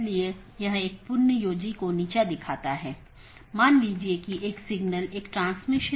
AS के भीतर इसे स्थानीय IGP मार्गों का विज्ञापन करना होता है क्योंकि AS के भीतर यह प्रमुख काम है